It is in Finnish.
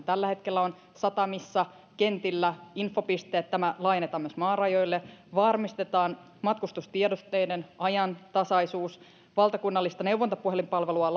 tällä hetkellä on satamissa kentillä infopisteet ja tämä laajennetaan myös maarajoille varmistetaan matkustustiedotteiden ajantasaisuus valtakunnallista neuvontapuhelinpalvelua